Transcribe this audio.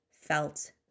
felt